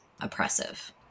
oppressive